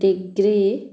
degree